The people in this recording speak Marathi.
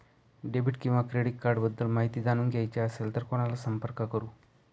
डेबिट किंवा क्रेडिट कार्ड्स बद्दल माहिती जाणून घ्यायची असेल तर कोणाला संपर्क करु?